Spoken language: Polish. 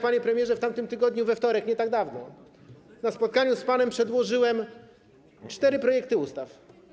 Panie premierze, w tamtym tygodniu we wtorek, nie tak dawno, na spotkaniu z panem przedłożyłem cztery projekty ustaw.